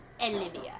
Olivia